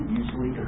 usually